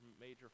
major